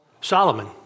Solomon